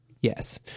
Yes